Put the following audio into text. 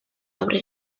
aurre